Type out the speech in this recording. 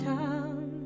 town